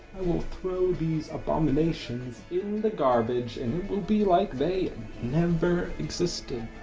will throw these abominations in the garbage and it will be like they never existed.